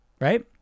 Right